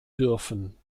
dürfen